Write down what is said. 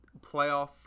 playoff